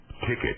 ticket